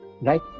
right